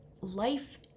life